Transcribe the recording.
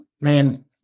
man